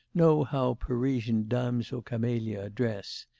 know how parisian dames aux camelias dress!